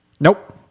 Nope